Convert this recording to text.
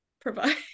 provide